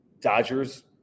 dodgers